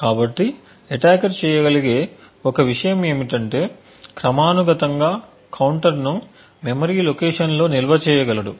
కాబట్టి అటాకర్ చేయగలిగే ఒక విషయం ఏమిటంటే క్రమానుగతంగా కౌంటర్ను మెమరీ లొకేషన్ లో నిల్వ చేయగలడు